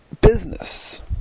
business